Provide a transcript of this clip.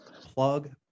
plug